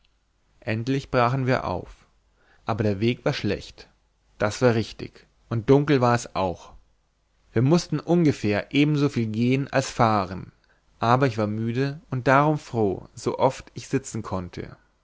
endlich brachen wir auf aber der weg war schlecht das war richtig und dunkel war es auch wir mußten ungefähr ebensoviel gehen als fahren aber ich war müde und darum froh so oft ich sitzen konnte